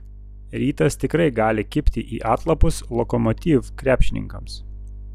rytas tikrai gali kibti į atlapus lokomotiv krepšininkams